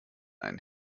ein